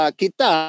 kita